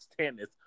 tennis